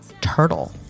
turtle